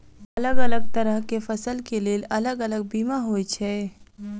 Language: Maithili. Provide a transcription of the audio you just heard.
अलग अलग तरह केँ फसल केँ लेल अलग अलग बीमा होइ छै?